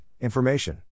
information